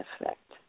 effect